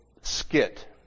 skit